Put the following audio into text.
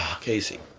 Casey